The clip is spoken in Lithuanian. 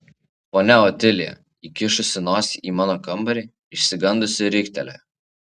ponia otilija įkišusi nosį į mano kambarį išsigandusi riktelėjo